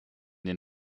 den